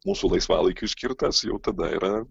mūsų laisvalaikiui skirtas jau tada yra